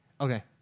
Okay